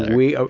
we,